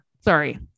sorry